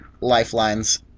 lifelines